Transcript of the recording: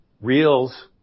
Reels